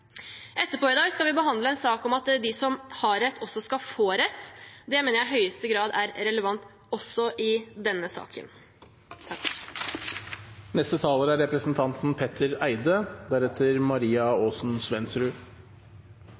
Etterpå i dag skal vi behandle en sak om at de som har rett, også skal få rett. Det mener jeg i høyeste grad er relevant også i denne